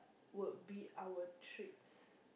would be our treats